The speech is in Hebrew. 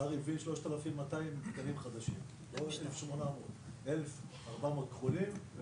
השר הביא 3,200 תקנים חדשים, 1,400 כחולים, ו